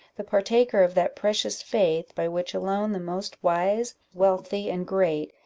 the partaker of that precious faith by which alone the most wise, wealthy, and great,